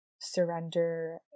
surrender